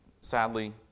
sadly